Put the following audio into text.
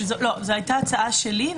זאת הייתה הצעה שלי .